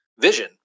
Vision